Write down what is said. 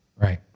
right